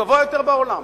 גבוה ביותר בעולם.